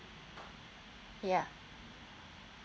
ya